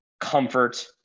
comfort